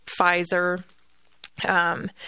Pfizer